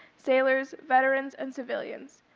sailors, veterans and civilians.